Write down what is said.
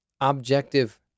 objective